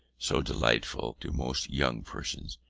so delightful to most young persons,